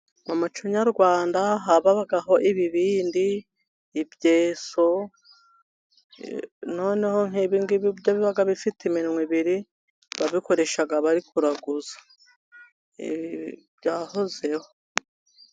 Mu muco nyarwanda habagaho ibibindi, ibyeso, noneho nk'ibi ngibi byo biba bifite iminwa ibiri, babikoreshaga bari kuraguza byahozeho.